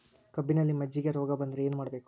ಕಬ್ಬಿನಲ್ಲಿ ಮಜ್ಜಿಗೆ ರೋಗ ಬಂದರೆ ಏನು ಮಾಡಬೇಕು?